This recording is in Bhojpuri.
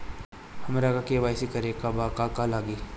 हमरा के.वाइ.सी करबाबे के बा का का लागि?